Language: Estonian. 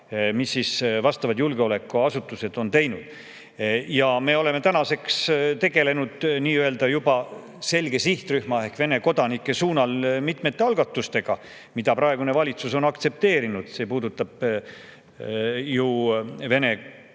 mille vastavad julgeolekuasutused on teinud ja andnud. Me oleme tänaseks tegelenud nii-öelda juba selge sihtrühma ehk Vene kodanike suunal mitmete algatustega, mida praegune valitsus on aktsepteerinud. See puudutab Vene kodanike